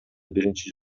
биринчи